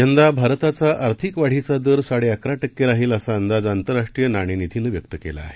यंदाभारताचाआर्थिकवाढीचादरसाडेअकराटक्केराहील असाअंदाज आंतरराष्ट्रीयनाणेनिधीनंव्यक्तकेलाआहे